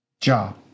job